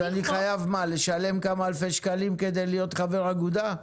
אז אני חייב לשלם כמה אלפי שקלים כדי להיות חבר אגודה?